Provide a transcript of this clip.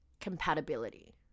compatibility